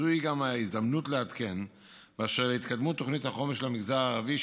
זוהי גם ההזדמנות לעדכן על התקדמות תוכנית החומש למגזר הערבי,